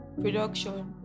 production